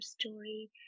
story